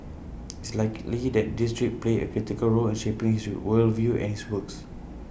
it's likely that this trip played A critical role in shaping his world view and his works